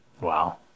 Wow